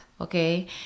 okay